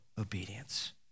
obedience